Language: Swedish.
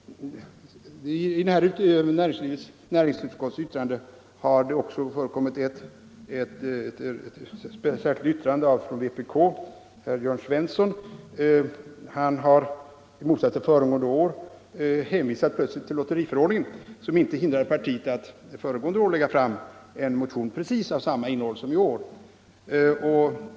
Vid näringsutskottets betänkande har också fogats ett särskilt yttrande av herr Svensson i Malmö. Han har i motsats till föregående år nu plötsligt hänvisat till lotteriutredningen — som föregående år inte hindrade vpk från att lägga fram en motion av precis samma innehåll som den vi nu behandlar.